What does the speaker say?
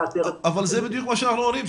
אבל זה בדיוק מה שאנחנו אומרים,